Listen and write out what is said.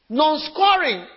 non-scoring